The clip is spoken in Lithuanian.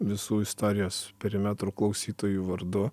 visų istorijos perimetrų klausytojų vardu